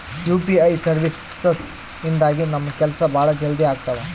UPI services ಇಂದಾಗಿ ನಮ್ ಕೆಲ್ಸ ಭಾಳ ಜಲ್ದಿ ಅಗ್ತವ